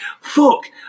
Fuck